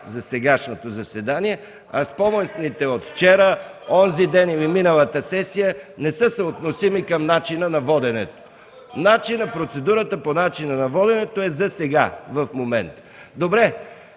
за сегашното заседание, а спомените от вчера, от онзи ден или от миналата сесия не са съотносими към начина на водене. Процедурата по начина на водене е за сега, в момента.